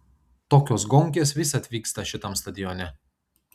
tokios gonkės visad vyksta šitam stadione